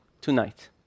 tonight